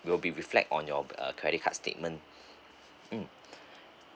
will be reflect on your uh credit card statement um